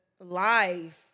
life